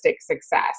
success